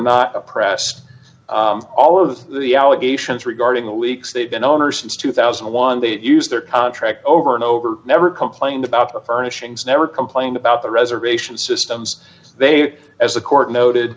not oppressed all of the allegations regarding the leaks they've been owners since two thousand and one they used their contract over and over never complained about the furnishings never complained about the reservation systems they as the court noted